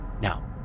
Now